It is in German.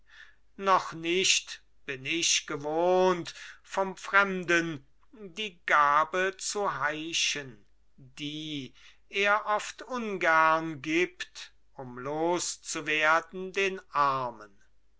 noch nicht bin ich gewohnt vom fremden die gabe zu heischen die er oft ungern gibt um los zu werden den armen